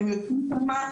אתם יודעים מה,